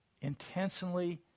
intensely